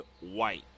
white